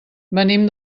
venim